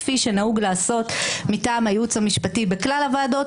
כפי שנהוג לעשות מטעם הייעוץ המשפטי בכלל הוועדות,